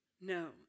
No